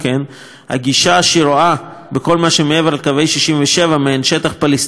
הגישה שרואה בכל מה שמעבר לקווי 67' מעין שטח פלסטיני ושטח כבוש,